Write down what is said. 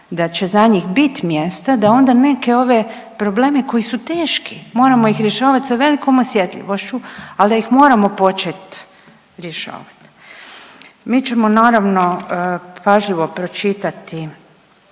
da će za njih biti mjesta da onda neke ove probleme koji su teški, moramo ih rješavati sa velikom osjetljivošću, ali da ih moramo počet rješavat. Mi ćemo naravno pažljivo pročitati